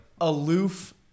aloof